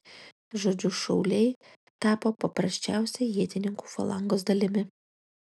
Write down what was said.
žodžiu šauliai tapo paprasčiausia ietininkų falangos dalimi